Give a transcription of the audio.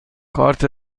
کارت